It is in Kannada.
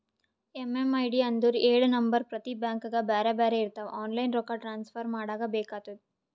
ಎಮ್.ಎಮ್.ಐ.ಡಿ ಅಂದುರ್ ಎಳು ನಂಬರ್ ಪ್ರತಿ ಬ್ಯಾಂಕ್ಗ ಬ್ಯಾರೆ ಬ್ಯಾರೆ ಇರ್ತಾವ್ ಆನ್ಲೈನ್ ರೊಕ್ಕಾ ಟ್ರಾನ್ಸಫರ್ ಮಾಡಾಗ ಬೇಕ್ ಆತುದ